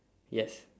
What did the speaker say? yes